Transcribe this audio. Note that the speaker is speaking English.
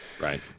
Right